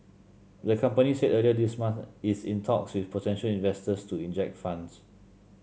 the company said earlier this month it's in talks with potential investors to inject funds